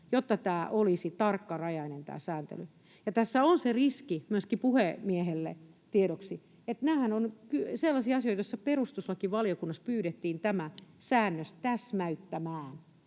jotta tämä sääntely olisi tarkkarajainen. Tässä on se riski — myöskin puhemiehelle tiedoksi — että nämähän ovat sellaisia asioita, joista perustuslakivaliokunnassa pyydettiin tämä säännös täsmäyttämään.